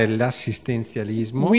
l'assistenzialismo